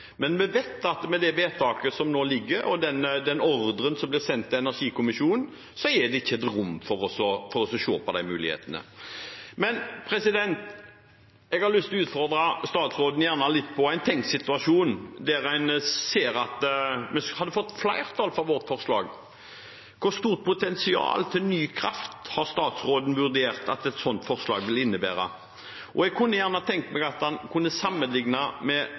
men vi vet at med det vedtaket som nå foreligger, og den ordren som blir sendt til energikommisjonen, er det ikke rom for å se på de mulighetene. Jeg har lyst til å utfordre statsråden på en tenkt situasjon, der en ser at vi hadde fått flertall for vårt forslag. Hvor stort potensial til ny kraft har statsråden vurdert at det sånt forslag vil innebære? Jeg kunne gjerne tenke meg at han sammenlignet med